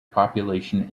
population